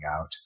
out